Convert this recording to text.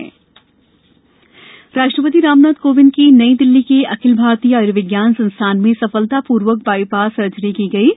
राष्ट्र ति सर्जरी राष्ट्रपति रामनाथ कोविंद की नई दिल्ली के अखिल भारतीय आयुर्विज्ञान संस्थान में सफलतापूर्वक बाईपास सर्जरी की गई है